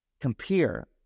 compare